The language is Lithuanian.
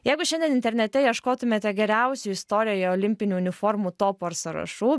jeigu šiandien internete ieškotumėte geriausių istorijoje olimpiniu uniformų topų ir sąrašų